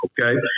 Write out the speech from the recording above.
Okay